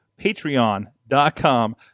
Patreon.com